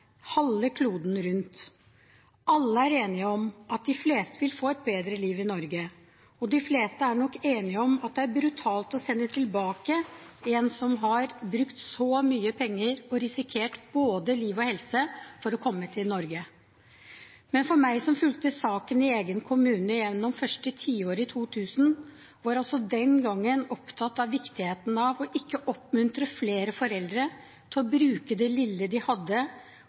halve kloden rundt. Alle er enige om at de fleste vil få et bedre liv i Norge, og de fleste er nok enige om at det er brutalt å sende tilbake en som har brukt så mye penger og risikert både liv og helse for å komme til Norge. Men jeg som fulgte saken i egen kommune gjennom det første tiåret i 2000, var også den gang opptatt av viktigheten av å ikke oppmuntre flere foreldre til å bruke det lille de hadde,